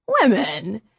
Women